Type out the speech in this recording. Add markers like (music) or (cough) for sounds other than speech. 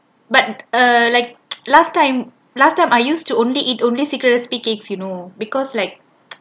but err like (noise) last time last time I used to only eat only Secret Recipe cake you know because like (noise)